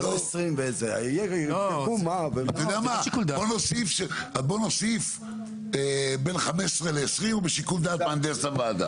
זה לא --- בוא נוסיף בין 15-20 ובשיקול דעת מהנדס הוועדה.